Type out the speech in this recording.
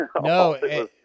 No